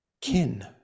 Kin